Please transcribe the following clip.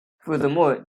furthermore